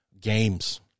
games